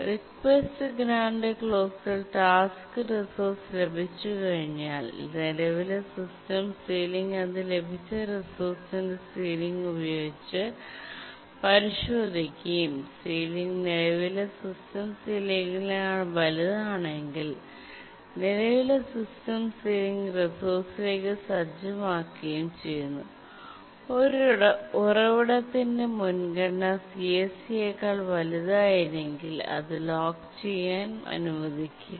request grant ക്ലോസിൽ task resource ലഭിച്ചു കഴിഞ്ഞാൽ നിലവിലെ സിസ്റ്റം സീലിംഗ് അത് ലഭിച്ച റിസോഴ്സിന്റെ സീലിംഗ് ഉപയോഗിച്ച് പരിശോധിക്കുകയും സീലിംഗ് നിലവിലെ സിസ്റ്റം സീലിംഗിനേക്കാൾ വലുതാണെങ്കിൽ നിലവിലെ സിസ്റ്റം സീലിംഗ് റിസോഴ്സിലേക്ക് സജ്ജമാക്കുകയും ചെയ്യുന്നു ഒരു ഉറവിടത്തിന്റെ മുൻഗണന CSC യെക്കാൾ വലുതായില്ലെങ്കിൽ അത് ലോക്കു ചെയ്യാൻ അനുവദിക്കില്ല